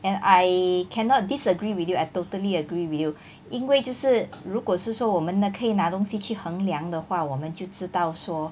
and I cannot disagree with you I totally agree with you 因为就是如果是说我们呢可以拿东西去衡量的话我们就知道说